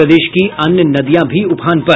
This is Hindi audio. प्रदेश की अन्य नदियां भी उफान पर